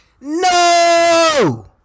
no